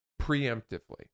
preemptively